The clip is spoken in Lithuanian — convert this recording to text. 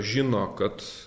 žino kad